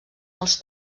els